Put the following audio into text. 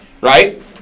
right